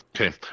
Okay